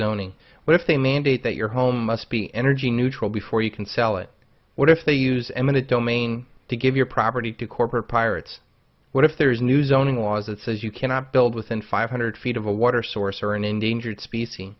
zoning what if they mandate that your home must be energy neutral before you can sell it what if they use eminent domain to give your property to corporate pirates what if there is a new zoning laws that says you cannot build within five hundred feet of a water source or an endangered species